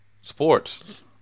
Sports